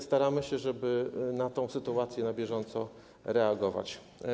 Staramy się, żeby na tę sytuację na bieżąco reagować.